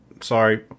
sorry